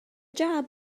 job